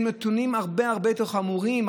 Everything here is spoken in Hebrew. הם נתונים הרבה הרבה יותר חמורים,